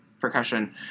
percussion